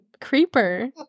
creeper